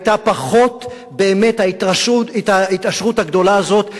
היתה פחות, באמת, ההתעשרות הגדולה הזאת.